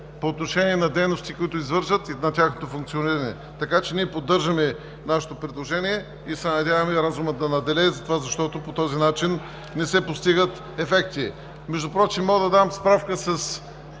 по отношение на дейности, които извършват, и на тяхното функциониране. Ние поддържаме нашето предложение и се надяваме разумът да надделее, защото по този начин не се постигат ефекти. Мога да дам справка с